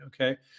Okay